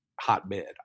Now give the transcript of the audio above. Hotbed